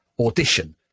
audition